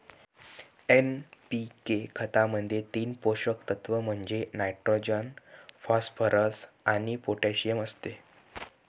NPK खतामध्ये तीन पोषक तत्व म्हणजे नायट्रोजन, फॉस्फरस आणि पोटॅशियम असते